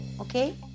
Okay